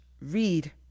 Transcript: read